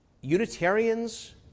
Unitarians